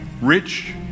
rich